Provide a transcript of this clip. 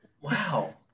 Wow